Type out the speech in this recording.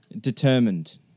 Determined